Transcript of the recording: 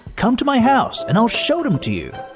come to my house and i'll show them to you.